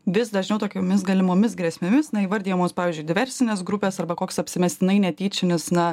vis dažniau tokiomis galimomis grėsmėmis na įvardijamos pavyzdžiui diversinės grupės arba koks apsimestinai netyčinis na